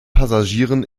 passagieren